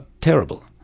terrible